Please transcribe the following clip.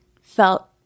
felt